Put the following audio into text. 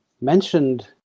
mentioned